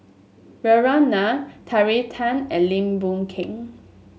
Nair Terry Tan and Lim Boon Keng